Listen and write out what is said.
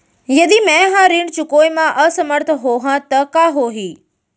यदि मैं ह ऋण चुकोय म असमर्थ होहा त का होही?